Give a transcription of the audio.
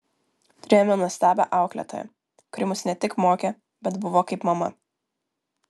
turėjome nuostabią auklėtoją kuri mus ne tik mokė bet buvo kaip mama